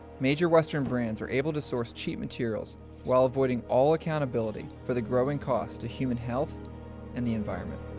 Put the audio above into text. major western brands are able to source cheap materials while avoiding all accountability for the growing cost to human health and the environment.